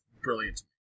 brilliant